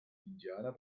indianer